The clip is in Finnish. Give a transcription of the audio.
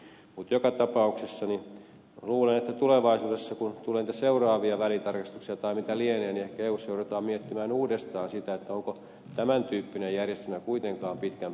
mutta joka tapauksessa luulen että tulevaisuudessa kun tulee niitä seuraavia välitarkastuksia tai mitä lienee niin ehkä eussa joudutaan miettimään uudestaan sitä onko tämän tyyppinen järjestelmä kuitenkaan pitkän päälle viisas